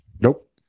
Nope